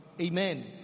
Amen